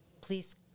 please